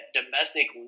domestic